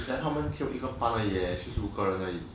你讲他们只有一个班而已四十五个人而已